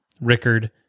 Rickard